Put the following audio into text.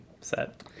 set